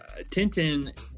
Tintin